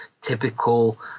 typical